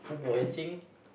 catching